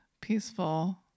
peaceful